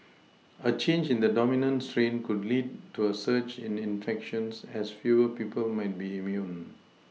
a change in the dominant strain could lead to a surge in infections as fewer people might be immune